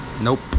nope